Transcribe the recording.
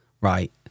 right